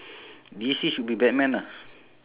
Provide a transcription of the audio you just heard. D_C should be batman ah